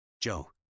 Joe